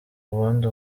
ubundi